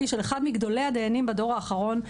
של אחד מגדולי הדיינים בדור האחרון,